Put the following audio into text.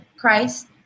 Christ